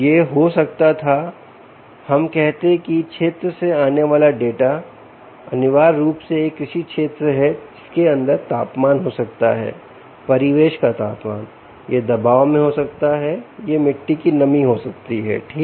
यह हो सकता था हम कहते कि क्षेत्र से आने वाले डाटा अनिवार्य रूप से एक कृषि क्षेत्र से हैं जिसके अंदर तापमान हो सकता है परिवेश का तापमान यह दबाव में हो सकता है यह मिट्टी की नमी हो सकती हैठीक